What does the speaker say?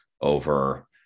over